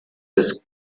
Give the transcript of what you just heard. des